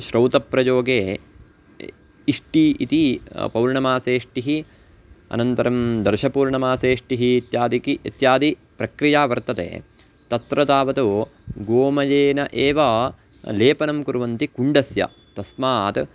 श्रौतप्रयोगे इ इष्टिः इति पौर्णमासेष्टिः अनन्तरं दर्शपूर्णमासेष्टिः इत्यादिकम् इत्यादिप्रक्रिया वर्तते तत्र तावत् गोमयेन एव लेपनं कुर्वन्ति कुण्डस्य तस्मात्